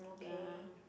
ya